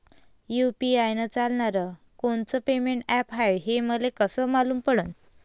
UPI चालणारं कोनचं payment app हाय, हे मले कस मालूम पडन?